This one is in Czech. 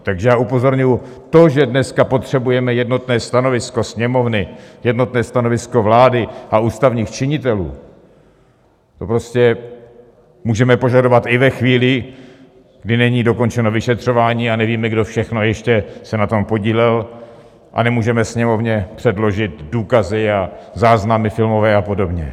Takže já upozorňuji: to, že dneska potřebujeme jednotné stanovisko Sněmovny, jednotné stanovisko vlády a ústavních činitelů, to prostě můžeme požadovat i ve chvíli, kdy není dokončeno vyšetřování a nevíme, kdo všechno ještě se na tom podílel, a nemůžeme Sněmovně předložit důkazy, filmové záznamy a podobně.